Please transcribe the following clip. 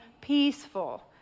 peaceful